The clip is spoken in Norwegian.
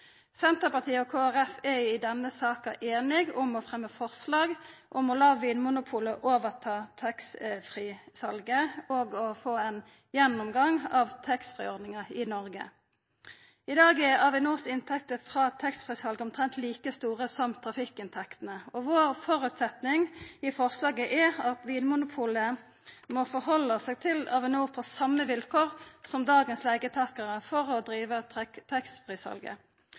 Senterpartiet og Kristeleg Folkeparti er i denne saka einige om å fremje forslag om å la Vinmonopolet overta taxfree-salet og å få ein gjennomgang av taxfree-ordninga i Noreg. I dag er Avinors inntekter frå taxfree-salet omtrent like store som trafikkinntektene, og vår føresetnad i forslaget er at for å driva taxfree-salet må Vinmonopolet stilla seg til Avinor på same vilkår som dagens leigetakarar.